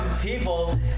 people